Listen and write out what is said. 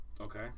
Okay